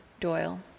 Doyle